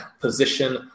position